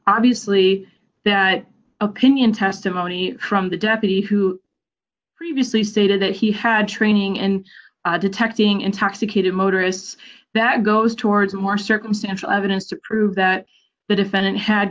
obviously that opinion testimony from the deputy who previously stated that he had training and detecting intoxicated motorists that goes towards more circumstantial evidence to prove that the defendant had